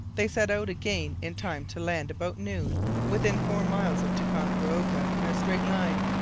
they set out again in time to land about noon within four miles of ticonderoga in a straight line.